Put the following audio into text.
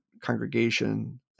congregation